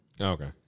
Okay